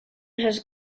has